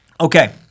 Okay